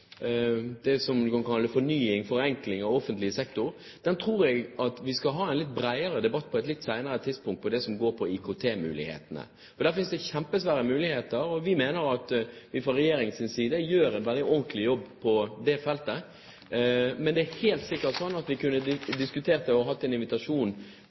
det som en kan kalle for fornying, forenkling av offentlig sektor, på det som går på IKT-mulighetene skal vi ha en litt bredere debatt om på et litt senere tidspunkt. Der finnes det kjempestore muligheter. Vi mener at vi fra regjeringens side gjør en veldig ordentlig jobb på det feltet, men det er helt sikkert sånn at vi kunne diskutert det og invitert til en